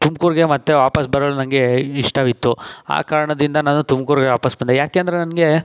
ತುಮಕೂರ್ಗೆ ಮತ್ತೆ ವಾಪಸ್ಸು ಬರಲು ನನಗೆ ಇಷ್ಟವಿತ್ತು ಆ ಕಾರಣದಿಂದ ನಾನು ತುಮಕೂರ್ಗೆ ವಾಪಸ್ಸು ಬಂದೆ ಏಕೆಂದ್ರೆ ನನಗೆ